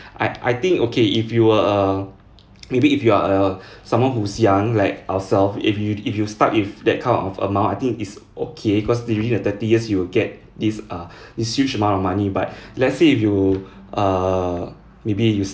I I think okay if you were uh maybe if you're a someone who is young like ourselves if you if you start if that kind of amount I think is okay cause usually in thirty years you'll get these uh this huge amount of money but let's say if you uh maybe you s~